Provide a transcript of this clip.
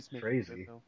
crazy